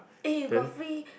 eh you got free